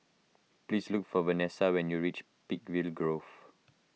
please look for Vanesa when you reach Peakville Grove